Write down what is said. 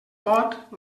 pot